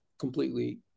completely